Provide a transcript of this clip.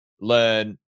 learn